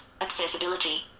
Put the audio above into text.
Accessibility